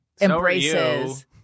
embraces